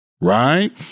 Right